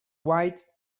white